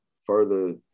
further